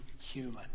human